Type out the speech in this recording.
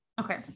Okay